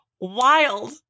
wild